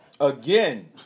again